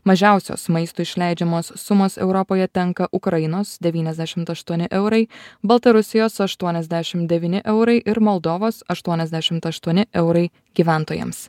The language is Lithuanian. mažiausios maistui išleidžiamos sumos europoje tenka ukrainos devyniasdešimt aštuoni eurai baltarusijos aštuoniasdešim devyni eurai ir moldovos aštuoniasdešimt aštuoni eurai gyventojams